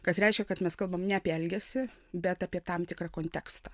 kas reiškia kad mes kalbam ne apie elgesį bet apie tam tikrą kontekstą